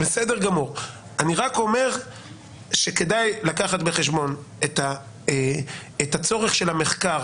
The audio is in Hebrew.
אני רק אומר שכדאי לקחת בחשבון את הצורך של המחקר